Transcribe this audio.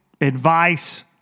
advice